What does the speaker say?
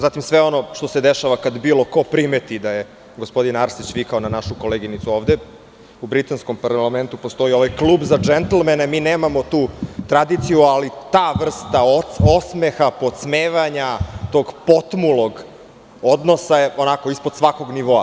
Zatim, sve ono što se dešava kad bilo ko primeti da je gospodin Arsić vikao na našu koleginicu ovde, u britanskom parlamentu postoji ovaj Klub za džentlmene, mi nemamo tu tradiciji ali ta vrsta osmeha, podsmevanja, tog potmulog odnosa je ispod svakog nivoa.